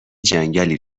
جنگلی